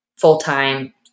full-time